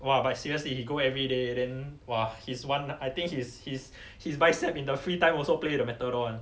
!wah! but seriously he go everyday then !wah! his one I think his his his biceps in the free time also play with the matador [one]